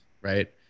right